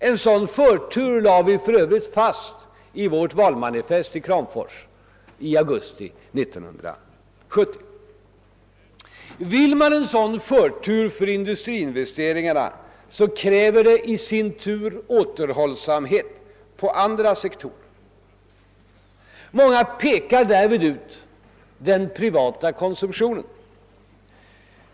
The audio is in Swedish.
En sådan förtur lade vi för övrigt fast i vårt valmanifest i Kramfors i augusti 1970. Vill man ge förtur åt industriinvesteringarna, kräver detta i sin tur återhållsamhet på andra sektorer. Många pekar därvid ut den privata konsumtionen.